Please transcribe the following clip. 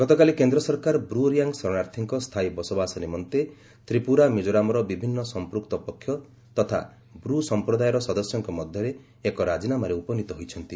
ଗତକାଲି କେନ୍ଦ୍ର ସରକାର ବ୍ରି ରିଆଙ୍ଗ୍ ଶରଣାର୍ଥୀଙ୍କ ସ୍ଥାୟୀ ବସବାସ ନିମନ୍ତେ ତ୍ରିପୁରା ମିକୋରାମ୍ର ବିଭିନ୍ନ ସମ୍ପୃକ୍ତ ପକ୍ଷ ତଥା ବ୍ରୁ ସମ୍ପ୍ରଦାୟର ସଦସ୍ୟଙ୍କ ମଧ୍ୟରେ ଏକ ରାଜିନାମାରେ ଉପନୀତ ହୋଇଛନ୍ତି